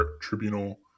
tribunal